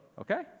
Okay